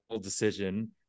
decision